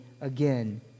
again